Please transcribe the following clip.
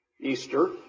Easter